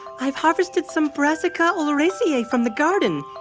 i've harvested some brassica oleracea from the garden.